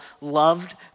loved